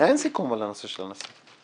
אין סיכום על הנושא של הנשיא.